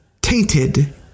Tainted